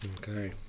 okay